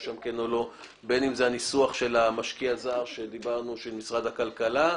בין אם זה הניסוח של משקיע זר של משרד הכלכלה,